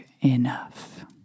enough